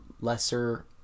lesser